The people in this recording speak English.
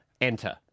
enter